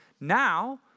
Now